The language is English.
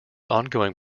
ongoing